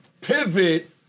pivot